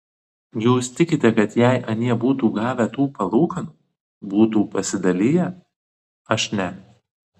jūs tikite kad jei anie būtų gavę tų palūkanų būtų pasidaliję aš ne